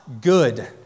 good